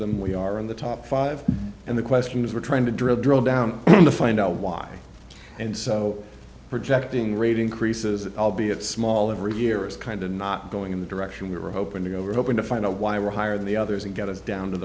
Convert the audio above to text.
them we are in the top five and the question is we're trying to drill drill down to find out why and so projecting rate increases albeit small every year is kind of not going in the direction we're opening over hoping to find out why we're higher than the others and get us down to